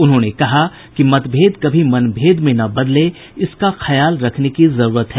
उन्होंने कहा कि मतभेद कभी मनभेद में न बदले इसका ख्याल रखने की जरूरत है